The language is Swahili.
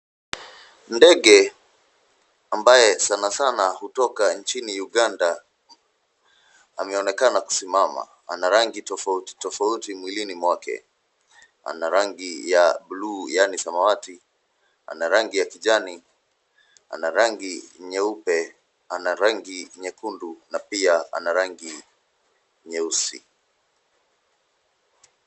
Ndege ambaye sana sana hutoka nchini Uganda ameonekana kusimama, ana rangi tofauti tofauti mwilini mwake, ana rangi ya blue yaani samawati, ana rangi ya kijani, ana rangi nyeupe, ana rangi nyekundu na pia ana rangi nyeusi.